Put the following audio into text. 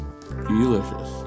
Delicious